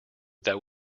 that